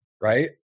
right